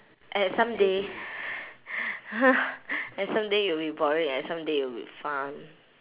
at some day at some day it'll be boring at some day it'll be fun